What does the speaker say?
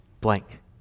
blank